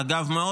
אגב,